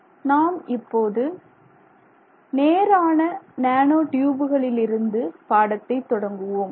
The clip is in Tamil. நாம் இப்போது நேரான நானோ டியூபுகளிலிருந்து பாடத்தை தொடங்குவோம்